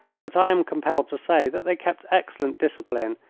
but i am compelled to say that they kept excellent discipline,